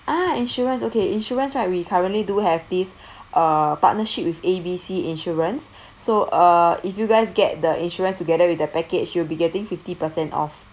ah insurance okay insurance right we currently do have this uh partnership with A B C insurance so uh if you guys get the insurance together with their package you'll be getting fifty percent off